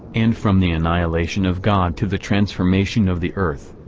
and from the annihilation of god to the transformation of the earth,